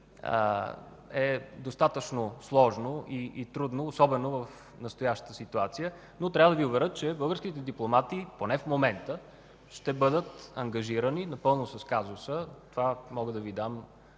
е достатъчно сложно и трудно, особено в настоящата ситуация, но трябва да Ви уверя, че българските дипломати – поне в момента, ще бъдат ангажирани напълно с казуса. За това мога да Ви дам